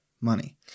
money